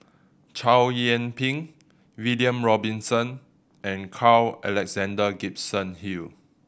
Chow Yian Ping William Robinson and Carl Alexander Gibson Hill